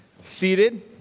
seated